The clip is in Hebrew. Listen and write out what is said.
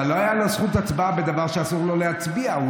לא הייתה לו זכות הצבעה בדברים שאסור לו להצביע עליהם.